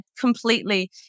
completely